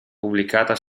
pubblicata